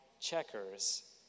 checkers